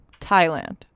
Thailand